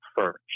first